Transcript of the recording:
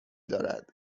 دارد